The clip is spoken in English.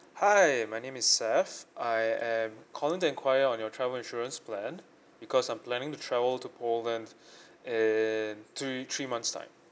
hi my name is saif I am calling to enquire on your travel insurance plan because I'm planning to travel to poland in three three months time